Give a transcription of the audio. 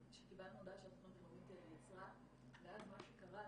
שקיבלנו הודעה שהתוכנית הלאומית נעצרה ואז מה שקרה,